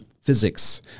physics